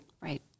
right